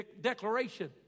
declaration